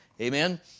Amen